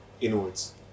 inwards